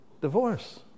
Divorce